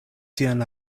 sian